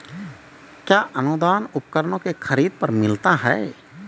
कया अनुदान उपकरणों के खरीद पर मिलता है?